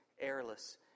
airless